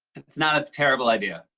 it's not a terrible idea.